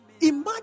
Imagine